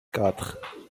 quatre